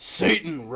satan